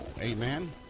Amen